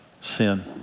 sin